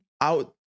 out